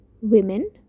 women